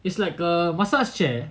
it's like a massage chair